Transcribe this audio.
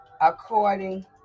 according